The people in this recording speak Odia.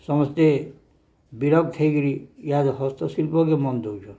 ସମସ୍ତେ ବିରକ୍ତ ହେଇକିରି ଇହାଦେ ହସ୍ତଶିଳ୍ପକେ ମନ ଦେଉଛନ୍